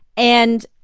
and